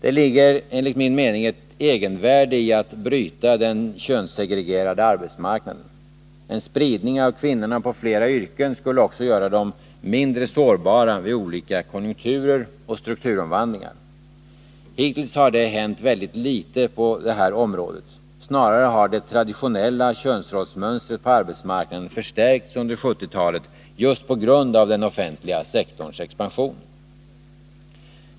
Det ligger enligt min mening ett egenvärde i att bryta den könssegregerade arbetsmarknaden. En spridning av kvinnorna på flera yrken skulle också göra dem mindre sårbara vid olika konjunkturer och strukturomvandlingar. Hittills har det hänt väldigt litet på detta område — snarare har det traditionella könsrollsmönstret på arbetsmarknaden förstärkts under 1970 talet just på grund av den offentliga sektorns expansion.